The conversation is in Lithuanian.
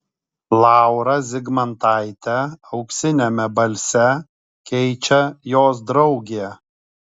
laurą zigmantaitę auksiniame balse keičia jos draugė